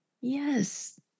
Yes